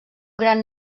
gran